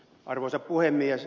arvoisa puhemies